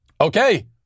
Okay